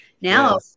Now